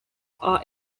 are